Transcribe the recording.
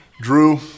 Drew